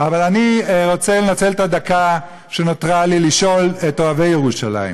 אבל אני רוצה לנצל את הדקה שנותרה לי לשאול את אוהבי ירושלים,